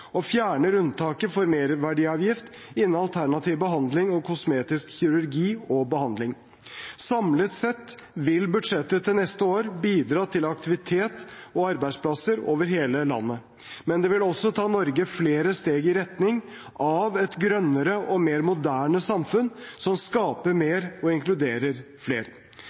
for merverdiavgift innen alternativ behandling og kosmetisk kirurgi og behandling. Samlet sett vil budsjettet til neste år bidra til aktivitet og arbeidsplasser over hele landet, men det vil også ta Norge flere steg i retning av et grønnere og mer moderne samfunn som skaper mer og inkluderer flere.